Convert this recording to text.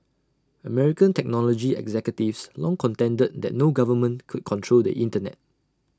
American technology executives long contended that no government could control the Internet